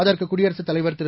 அதற்கு குடியரகத் தலைவர் திரு